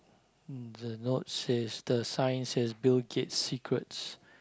mm the note says the sign says Bill-Gates secrets